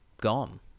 gone